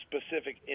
specific